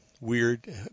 weird